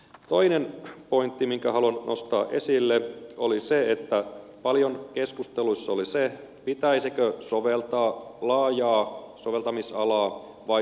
toinen pointti minkä haluan nostaa esille on se että paljon keskusteluissa oli se pitäisikö soveltaa laajaa soveltamisalaa vai suppeampaa alaa